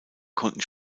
konnten